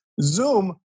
Zoom